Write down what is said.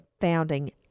founding